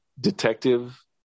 detective